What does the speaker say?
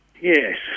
Yes